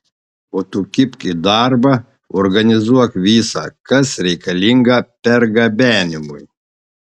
o tu kibk į darbą organizuok visa kas reikalinga pergabenimui